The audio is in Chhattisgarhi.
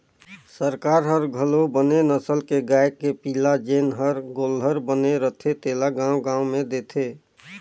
सरकार हर घलो बने नसल के गाय के पिला जेन हर गोल्लर बने रथे तेला गाँव गाँव में देथे